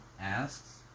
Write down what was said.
asks